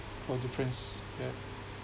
for differences yeah